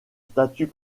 statut